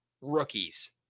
rookies